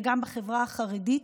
וגם בחברה החרדית.